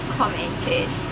commented